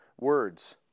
words